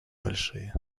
большие